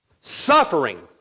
suffering